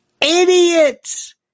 Idiots